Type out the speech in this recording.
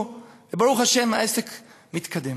וברוך השם, העסק מתקדם.